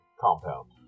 compound